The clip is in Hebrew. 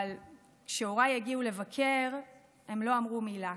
אבל כשהוריי הגיעו לבקר הם לא אמרו מילה.